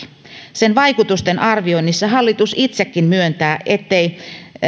sen vaikutusten arvioinnissa hallitus itsekin myöntää ettei